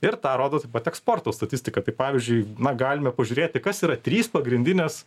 ir tą rodo tai pat eksporto statistika tai pavyzdžiui na galime pažiūrėti kas yra trys pagrindinės